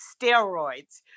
steroids